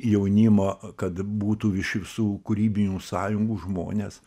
jaunimo kad būtų iš visų kūrybinių sąjungų žmonės